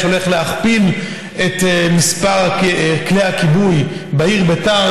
הולכים להכפיל את מספר כלי הכיבוי בעיר ביתר,